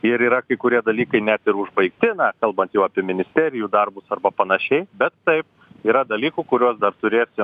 ir yra kai kurie dalykai net ir užbaigti na kalbant jau apie ministerijų darbus arba panašiai bet taip yra dalykų kuriuos dar turėsim